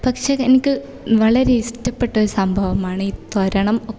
പക്ഷെ എനിക്ക് വളരെ ഇഷ്ടപ്പെട്ട സംഭവമാണ് ഈ തോരണം ഒക്കെ